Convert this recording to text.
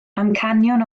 amcanion